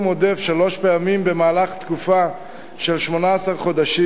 עודף שלוש פעמים במהלך תקופה של 18 חודשים,